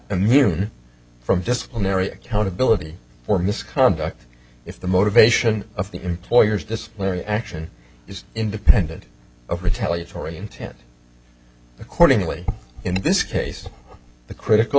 immune from disciplinary accountability or misconduct if the motivation of the employer's disciplinary action is independent of retaliatory intent accordingly in this case the critical